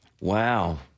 Wow